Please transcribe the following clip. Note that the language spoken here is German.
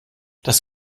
das